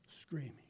Screaming